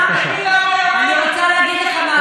אני רוצה להגיד לך משהו.